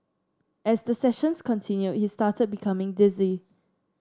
as the sessions continued he started becoming dizzy